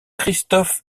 christophe